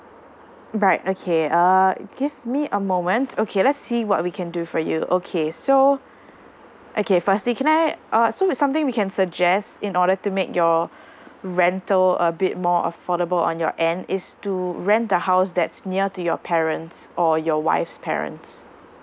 right okay uh give me a moment okay let's see what we can do for you okay so okay firstly can I uh something we can suggest in order to make your rental a bit more affordable on your end is to rent the house that's near to your parents or your wife's parents